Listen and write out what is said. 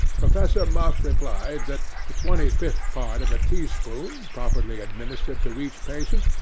professor muff replied that the twenty-fifth part of a teaspoonful, properly administered to each patient,